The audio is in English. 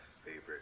favorite